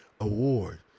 award